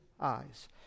eyes